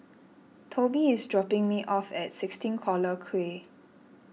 Tobi is dropping me off at sixteen Collyer Quay